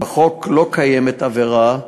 בחוק לא קיימת עבירה,